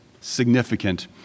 significant